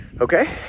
Okay